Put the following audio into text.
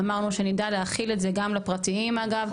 ואמרנו שנדע להחיל את זה גם לפרטיים אגב,